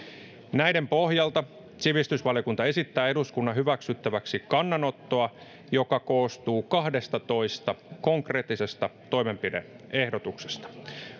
näiden pohjalta sivistysvaliokunta esittää eduskunnan hyväksyttäväksi kannanottoa joka koostuu kahdestatoista konkreettisesta toimenpide ehdotuksesta